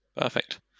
Perfect